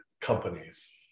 companies